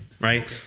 right